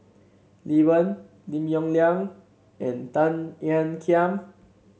Lee Wen Lim Yong Liang and Tan Ean Kiam